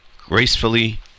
gracefully